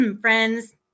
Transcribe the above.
friends